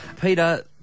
Peter